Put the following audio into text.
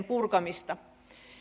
purkamista